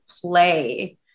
play